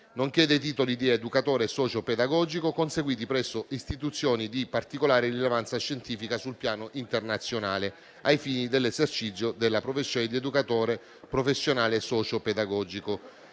nonché dei titoli di educatore socio-pedagogico, conseguiti presso istituzioni di particolare rilevanza scientifica sul piano internazionale, ai fini dell'esercizio della professione di educatore professionale socio-pedagogico.